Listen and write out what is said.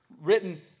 Written